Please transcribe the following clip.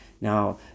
Now